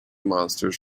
monsters